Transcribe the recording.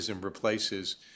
replaces